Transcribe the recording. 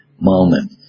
moment